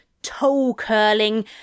toe-curling